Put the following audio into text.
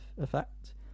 effect